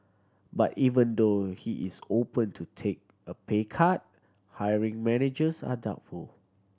but even though he is open to take a pay cut hiring managers are doubtful